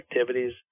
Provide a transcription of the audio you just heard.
activities